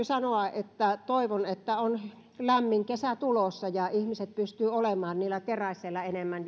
sanoa että toivon että on lämmin kesä tulossa ja ihmiset pystyvät olemaan enemmän